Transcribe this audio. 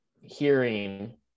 hearing